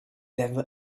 never